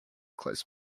close